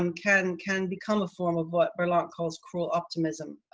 um can can become a form of what berlant calls cruel optimism,